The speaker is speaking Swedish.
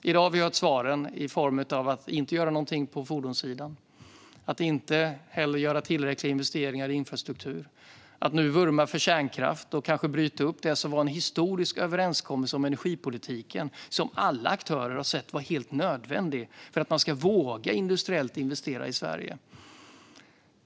I dag har vi fått svaret att man inte vill göra någonting på fordonssidan. Man vill inte heller göra tillräckliga investeringar i infrastruktur. Man vurmar för kärnkraft och vill kanske bryta upp det som var en historisk överenskommelse om energipolitiken och som alla aktörer har sett var helt nödvändig för att någon ska våga investera industriellt i Sverige.